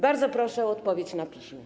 Bardzo proszę o odpowiedź na piśmie.